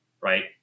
right